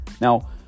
Now